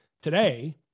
today